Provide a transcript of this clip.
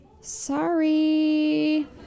Sorry